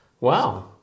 Wow